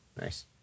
nice